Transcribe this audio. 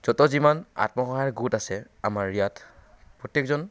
যত যিমান আত্মসহায়ক গোট আছে আমাৰ ইয়াত প্ৰত্যেকজন